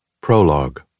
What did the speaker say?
Prologue